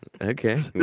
Okay